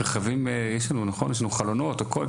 יש לנו חלונות, הכול.